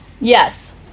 Yes